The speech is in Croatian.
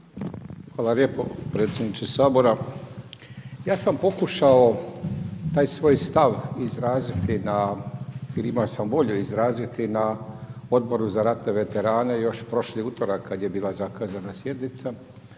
Hvala lijepo predsjedniče Sabora. Ja sam pokušao taj svoj stav izraziti, ili imao sam volju izraziti na Odboru za ratne veterane još prošli utorak kad je bila zakazana sjednica,